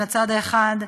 מצד אחד,